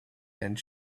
and